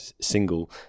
single